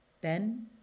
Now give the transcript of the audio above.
Then